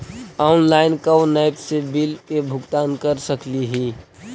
Online कोन app से bill के भुगतान कर सकली ही?